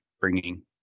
bringing